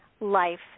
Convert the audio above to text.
life